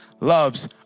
loves